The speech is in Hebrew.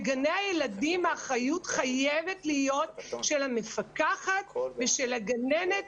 בגני הילדים האחריות חייבת להיות של המפקחת ושל הגננת